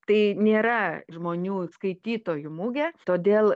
tai nėra žmonių skaitytojų mugė todėl